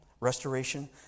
restoration